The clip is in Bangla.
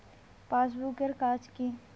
পাশবুক এর কাজ কি?